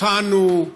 אותנו,